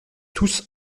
tousse